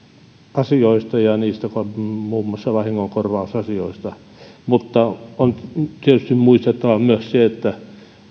asioista ja muun muassa vahingonkorvausasioista mutta on tietysti muistettava myös se että